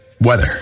weather